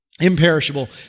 Imperishable